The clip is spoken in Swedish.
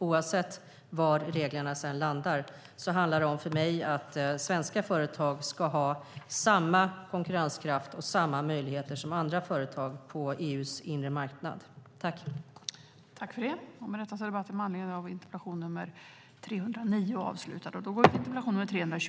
Oavsett var reglerna landar handlar det för mig om att svenska företag ska ha samma konkurrenskraft och samma möjligheter som andra företag på EU:s inre marknad.